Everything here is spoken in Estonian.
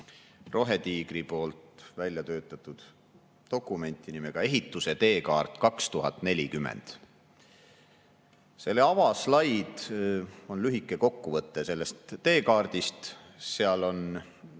Rohetiigri välja töötatud dokumenti nimega "Ehituse teekaart 2040". Selle avaslaidil oli lühike kokkuvõte sellest teekaardist. Seal oli